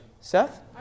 Seth